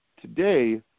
today